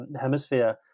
hemisphere